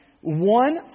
One